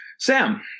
Sam